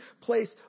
place